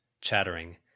chattering